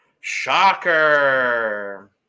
Shocker